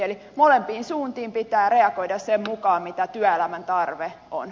eli molempiin suuntiin pitää reagoida sen mukaan mikä työelämän tarve on